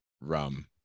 rum